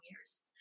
years